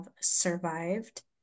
survived